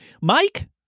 Mike